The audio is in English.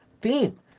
theme